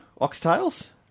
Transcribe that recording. Oxtails